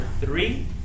three